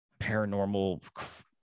paranormal